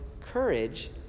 courage